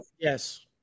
yes